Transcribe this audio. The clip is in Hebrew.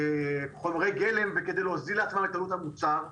בחומרי גלם וכדי להוזיל את עלות המוצר.